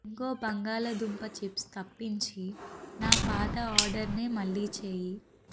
Bingo బంగాళాదుంప chips తప్పించి నా పాత ఆర్డర్నే మళ్ళీ చేయి